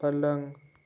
पलंग